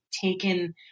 taken